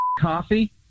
coffee